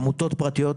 עמותות פרטיות,